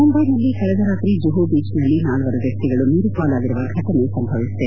ಮುಂಬೈನಲ್ಲಿ ಕಳೆದ ರಾತ್ರಿ ಜುಪು ಬೀಚ್ ನಲ್ಲಿ ನಾಲ್ವರು ವ್ವತ್ತಿಗಳು ನೀರುಪಾಲಾಗಿರುವ ಘಟನೆ ಜರುಗಿದೆ